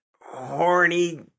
Horny